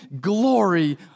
glory